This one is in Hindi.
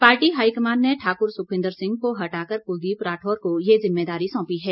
पार्टी हाईकमान ने ठाकुर सुखविंद्र सिंह को हटा कर कुलदीप राठौर को ये जिम्मेदारी सौंपी है